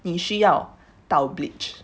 你需要倒 bleach